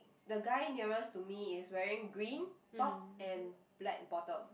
the guy nearest to me is wearing green top and black bottom